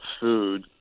food